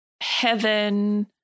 heaven